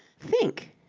think!